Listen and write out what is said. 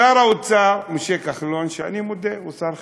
שר האוצר משה כחלון, שאני מודה, הוא שר חברתי,